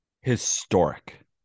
Historic